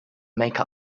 make